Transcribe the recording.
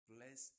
Bless